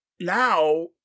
Now